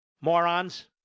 morons